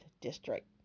District